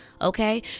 okay